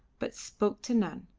but spoke to none,